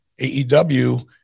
AEW